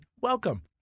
Welcome